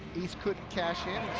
east couldn't cash in.